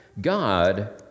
God